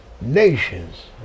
nations